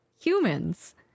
humans